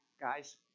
guys